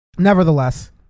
Nevertheless